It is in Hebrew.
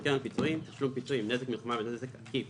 וקרן פיצויים (תשלום פיצויים) (נזק מלחמה ונזק עקיף),